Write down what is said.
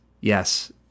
Yes